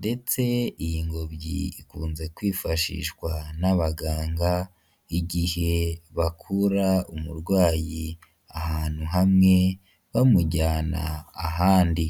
ndetse iyi ngobyi ikunze kwifashishwa n'abaganga, igihe bakura umurwayi ahantu hamwe bamujyana ahandi.